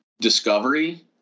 discovery